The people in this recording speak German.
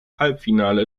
halbfinale